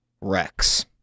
Rex